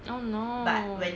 oh no